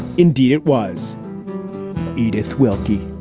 indeed, it was edith wilkey.